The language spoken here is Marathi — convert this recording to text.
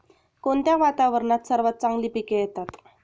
कोणत्या वातावरणात सर्वात चांगली पिके येतात?